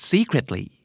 Secretly